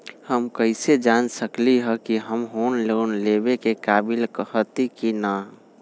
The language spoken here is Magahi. हम कईसे जान सकली ह कि हम लोन लेवे के काबिल हती कि न?